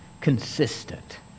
consistent